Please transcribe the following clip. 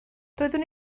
doeddwn